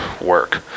work